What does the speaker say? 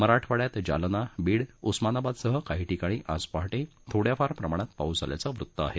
मराठवाङ्यात जालना बीड उस्मानाबादसह काही ठिकाणी आज पहाटे थोड्याफार प्रमाणात पाऊस झाल्याचं वृत्त आहे